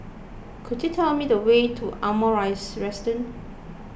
could you tell me the way to Ardmore Residence